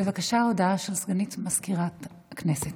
בבקשה, הודעה לסגנית מזכירת הכנסת.